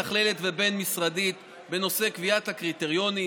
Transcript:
מתכללת ובין-משרדית בנושא קביעת הקריטריונים,